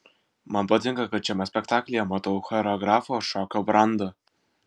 man patinka kad šiame spektaklyje matau choreografo šokio brandą